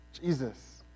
Jesus